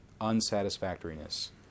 unsatisfactoriness